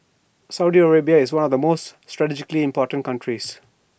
Saudi Arabia is one of the world's most strategically important countries